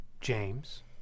James